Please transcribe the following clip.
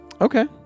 Okay